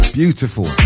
beautiful